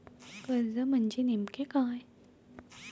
कर्ज म्हणजे नेमक्या काय?